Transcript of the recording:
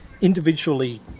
individually